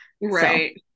right